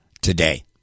today